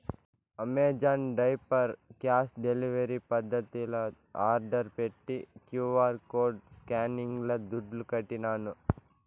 Amazon diaper cash delivery పద్దతిల order పెట్టి QR code స్కానింగ్ల దుడ్లుకట్టినాను